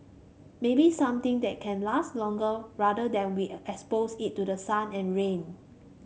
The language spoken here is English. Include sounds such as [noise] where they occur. maybe something that can last longer rather than we [hesitation] expose it to the sun and rain